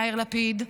יאיר לפיד,